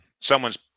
someone's